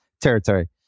territory